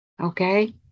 okay